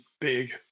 big